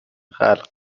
خلق